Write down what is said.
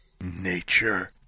Nature